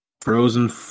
Frozen